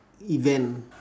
event